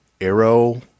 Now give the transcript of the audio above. arrow